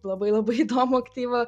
labai labai įdomų aktyvų